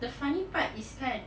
the funny part is kan